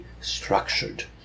structured